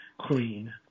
clean